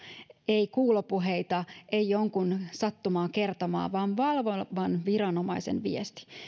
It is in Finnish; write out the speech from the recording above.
ei kuulopuheita ei jonkun sattumalta kertomaa vaan valvovan viranomaisen viesti